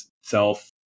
self